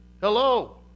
Hello